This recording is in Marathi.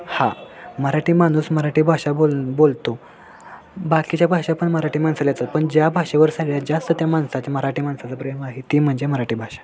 हां मराठी माणूस मराठी भाषा बोल बोलतो बाकीच्या भाषा पण मराठी माणसाला येतात पण ज्या भाषेवर सगळ्यात जास्त त्या माणसाच्या मराठी माणसाचं प्रेम आहे ती म्हणजे मराठी भाषा